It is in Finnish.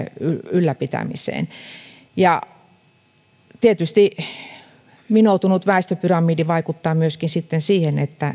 ylläpitämiseen ja tietysti vinoutunut väestöpyramidi vaikuttaa myöskin sitten siihen että